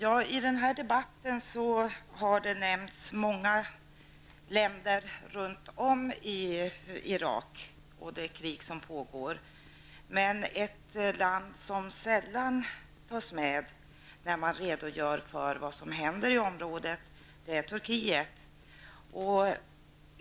Herr talman! Det har i denna debatt nämnts många länder kring Irak och det krig som pågår. Men ett land som sällan tas med när man redogör för vad som händer i området är Turkiet.